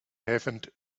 haven’t